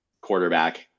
quarterback